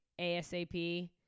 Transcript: ASAP